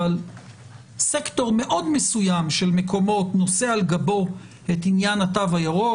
אבל סקטור מאוד מסוים של מקומות נושא על גבו את עניין התו הירוק,